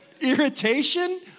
Irritation